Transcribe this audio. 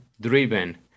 driven